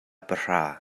pahra